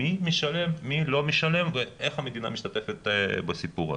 מי משלם ומי לא משלם ואיך המדינה משתתפת בסיפור הזה.